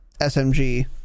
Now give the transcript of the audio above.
smg